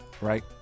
right